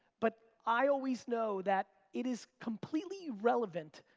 but, i always know that it is completely irrelevant,